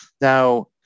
Now